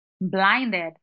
blinded